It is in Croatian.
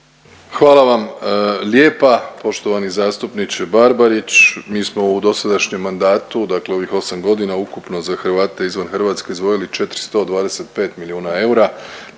Hvala vam lijepa poštovani zastupniče Barbarić. Mi smo u dosadašnjem mandatu dakle u ovih 8.g. ukupno za Hrvate izvan Hrvatske izdvojili 425 milijuna eura,